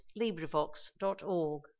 LibriVox.org